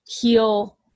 heal